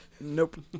Nope